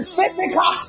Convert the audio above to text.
Physical